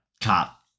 cop